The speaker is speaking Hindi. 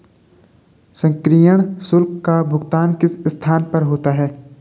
सक्रियण शुल्क का भुगतान किस स्थान पर होता है?